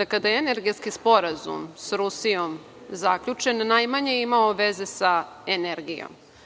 da kada je Energetski sporazum sa Rusijom zaključen najmanje je imao veze sa energijom.